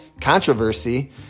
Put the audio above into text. controversy